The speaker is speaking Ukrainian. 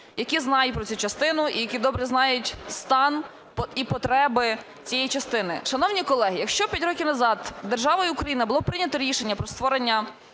які знають про цю частину і які добре знають стан і потреби цієї частини. Шановні колеги, якщо п'ять років назад державою Україна було прийнято рішення про створення